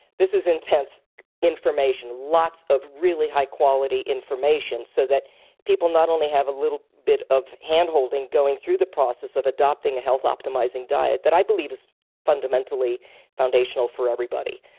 this is intense information, lots of really high quality information so that people not only have a little bit of handholding going through the process of adopting a health optimizing diet, that i believe is fundamentally foundational for everybody.